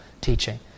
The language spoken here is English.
teaching